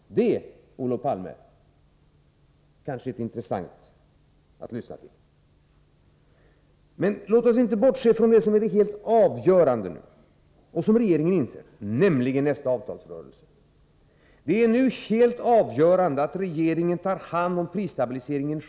Det, Olof Palme, kanske är intressant att lyssna till. Men låt oss nu inte bortse från det som nu är helt avgörande, vilket regeringen inser, nämligen nästa avtalsrörelse. Det är nu helt avgörande att regeringen själv tar hand om prisstabiliseringen.